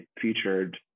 featured